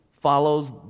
follows